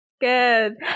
Good